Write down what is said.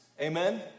amen